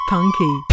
Punky